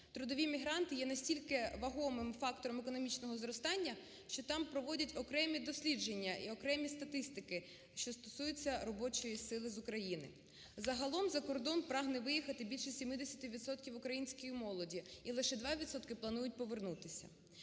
трудові мігранти є настільки ваговим фактором економічного зростання, що там проводять окремі дослідження і окремі статистики, що стосується робочої сили з України. Загалом за кордон прагне виїхати більше 70 відсотків української молоді і лише 2 відсотки планують повернутися.